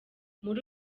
muri